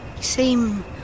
seem